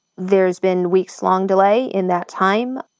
there's been weekslong delay in that time,